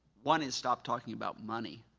one is stop talking about money.